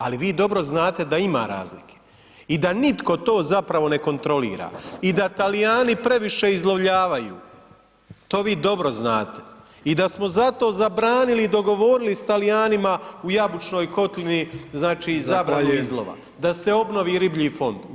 Ali vi dobro znate da ima razlike i da nitko to zapravo ne kontrolira i da Talijani previše izlovljavaju, to vi dobro znate i da smo zato zabranili i dogovorili s Talijanima u Jabučnoj kotlini, znači, [[Upadica: Zahvaljujem]] zabranu izlova, da se obnovi riblji fond.